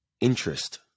interest